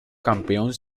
campeón